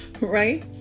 Right